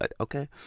okay